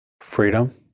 Freedom